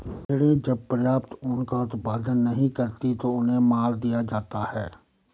भेड़ें जब पर्याप्त ऊन का उत्पादन नहीं करती हैं तो उन्हें मार दिया जाता है